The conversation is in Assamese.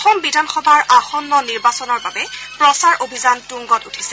অসম বিধানসভাৰ আসন্ন নিৰ্বাচনৰ বাবে প্ৰচাৰ অভিযান তুংগত উঠিছে